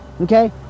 Okay